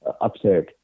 upset